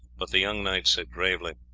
but the young knight said gravely,